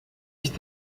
ich